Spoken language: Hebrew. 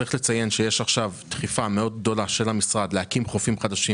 צריך לציין שיש עכשיו דחיפה גדולה מאוד של המשרד להקים חופים חדשים